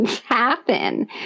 happen